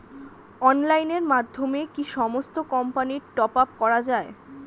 অনলাইনের মাধ্যমে কি সমস্ত কোম্পানির টপ আপ করা যায়?